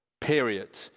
period